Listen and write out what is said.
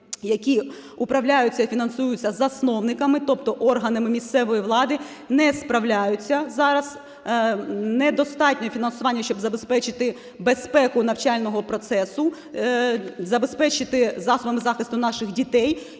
які управляються і фінансуються засновниками, тобто органами місцевої влади, не справляються зараз, недостатнє фінансування, щоб забезпечити безпеку навчального процесу, забезпечити засобами захисту наших дітей,